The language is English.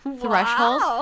threshold